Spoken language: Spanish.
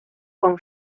con